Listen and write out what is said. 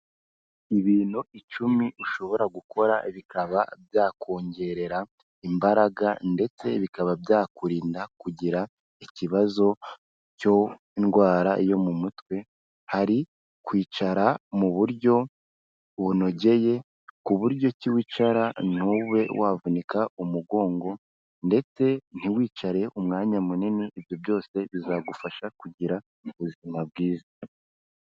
Ibintu icumi ushobora gukora bikaba byakongerera imbaraga ndetse bikaba byakurinda kugira ikibazo cyo ndwara yo mu mutwe, hari kwicara mu buryo bunogeye ku buryo wicara ntube wavunika umugongo ndetse ntiwicare umwanya munini, ibyo byose bizagufasha kugira ubuzima bwiza.